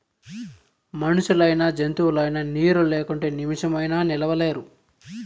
మనుషులైనా జంతువులైనా నీరు లేకుంటే నిమిసమైనా నిలువలేరు